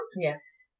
Yes